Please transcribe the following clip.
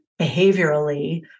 behaviorally